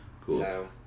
cool